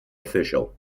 official